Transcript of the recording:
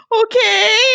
okay